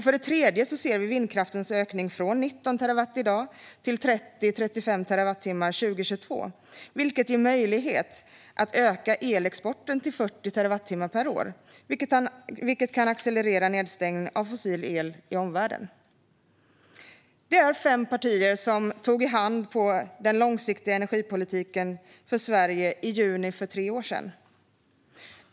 För det tredje ser vi vindkraftens ökning från 19 terawatttimmar i dag till 30-35 terawattimmar 2022. Det ger möjlighet att öka elexporten till 40 terawattimmar per år, vilket i sin tur kan accelerera nedstängningen av fossil el i omvärlden. Det var fem partier som tog i hand på den långsiktiga energipolitiken för Sverige i juni för tre år sedan.